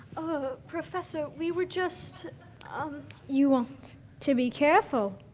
professor, we were just um you want to be careful.